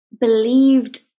believed